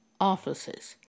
offices